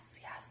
yes